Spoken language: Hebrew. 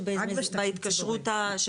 שבהתקשרות.